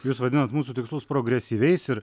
jūs vadinat mūsų tikslus progresyviais ir